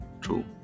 true